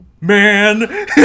man